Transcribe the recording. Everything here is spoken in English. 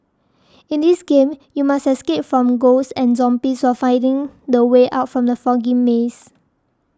in this game you must escape from ghosts and zombies while finding the way out from the foggy maze